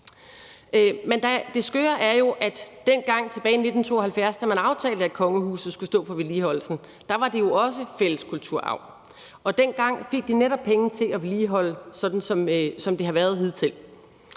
Men det skøre er jo, at dengang tilbage i 1972, da man aftalte, at kongehuset skulle stå for vedligeholdelsen, var det jo også fælles kulturarv. Og dengang fik de netop penge til at vedligeholde, sådan som det har været hidtil.